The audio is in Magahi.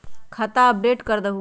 खाता अपडेट करदहु?